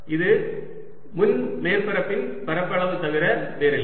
இது முன் மேற்பரப்பின் பரப்பளவு தவிர வேறில்லை